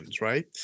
Right